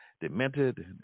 demented